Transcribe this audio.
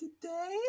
today